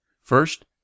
First